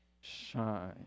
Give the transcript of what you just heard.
shine